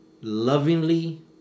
lovingly